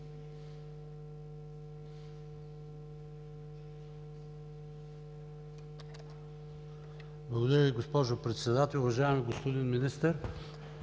Благодаря Ви, госпожо Председател. Уважаеми господин Министър,